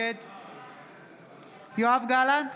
נגד יואב גלנט,